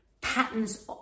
patterns